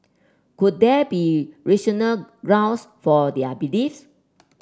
could there be rational grounds for their beliefs